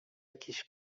jakiś